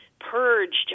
purged